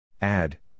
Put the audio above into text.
Add